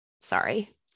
Sorry